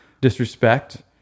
disrespect